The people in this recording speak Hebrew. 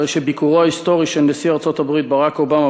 הרי שביקורו ההיסטורי של נשיא ארצות-הברית ברק אובמה